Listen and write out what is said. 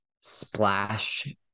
splash